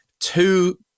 two